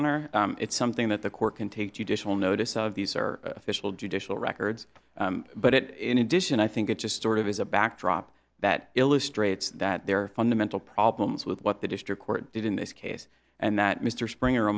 honor it's something that the court can take judicial notice of these are official judicial records but it in addition i think it just sort of is a backdrop that illustrates that there are fundamental problems with what the district court did in this case and that mr springer